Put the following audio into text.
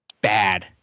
bad